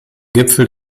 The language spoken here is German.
gipfel